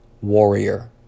warrior